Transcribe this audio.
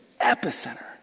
epicenter